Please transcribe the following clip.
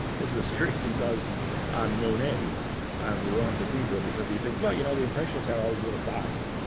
is the series he does on monet, on rouen cathedral, because he thinks, well you know, the impressionists had all these little dots,